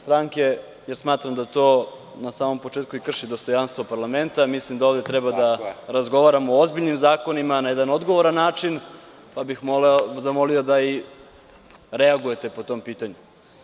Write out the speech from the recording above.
Smatram to, i na samom početku krši dostojanstvo parlamenta, jer mislim da ovde treba da razgovaramo o ozbiljnim zakonima, na jedan odgovoran način, pa bih zamolio da reagujete po tom pitanju.